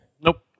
Nope